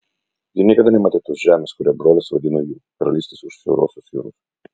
ji niekada nematė tos žemės kurią brolis vadino jų karalystės už siaurosios jūros